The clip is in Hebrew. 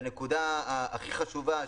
והנקודה הכי חשובה,